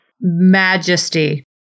Majesty